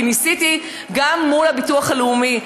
כי ניסיתי גם מול הביטוח הלאומי,